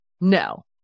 No